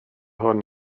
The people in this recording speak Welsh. hwn